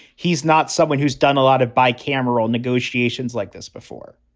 he's not someone who's done a lot of bi cameral negotiations like this before.